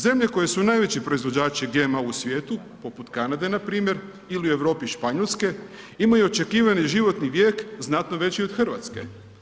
Zemlje koje su najveći proizvođači GMO-a u svijetu, poput Kanade na primjer ili u Europi Španjolske ima očekivani životni vijek znatno veći od Hrvatske.